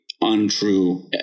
untrue